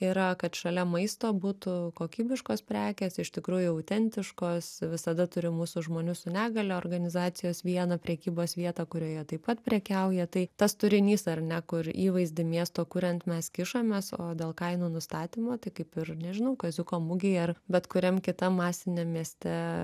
yra kad šalia maisto būtų kokybiškos prekės iš tikrųjų autentiškos visada turim mūsų žmonių su negalia organizacijos vieną prekybos vietą kurioje taip pat prekiauja tai tas turinys ar ne kur įvaizdį miesto kuriant mes kišamės o dėl kainų nustatymo tai kaip ir nežinau kaziuko mugei ar bet kuriam kitam masiniam mieste